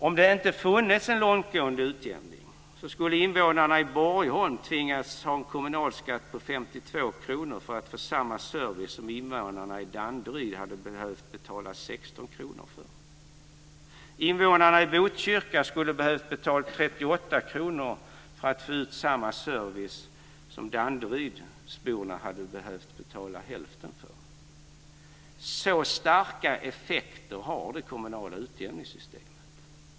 Invånarna i Botkyrka skulle ha behövt betala 38 kr för att få ut samma service som Danderydsborna hade behövt betala hälften för.